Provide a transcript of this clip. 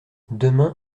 demain